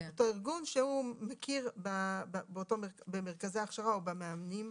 אותו ארגון שהוא מכיר במרכזי ההכשרה או במאמנים.